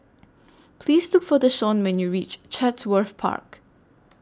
Please Look For Deshaun when YOU REACH Chatsworth Park